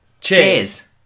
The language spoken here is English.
Cheers